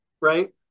right